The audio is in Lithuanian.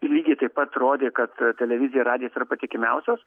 lygiai taip pat rodė kad televizija ir radijas yra patikimiausios